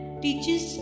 teaches